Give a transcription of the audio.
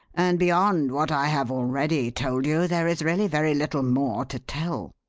and beyond what i have already told you there is really very little more to tell.